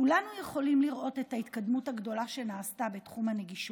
כולנו יכולים לראות את ההתקדמות הגדולה שנעשתה בתחום הנגישות,